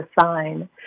sign